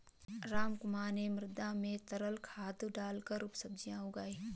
रामकुमार ने मृदा में तरल खाद डालकर सब्जियां उगाई